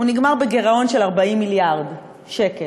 זה נגמר בגירעון של 40 מיליארד שקל,